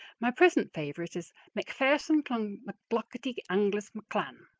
my present favorite is macphairson clon glocketty angus mcclan.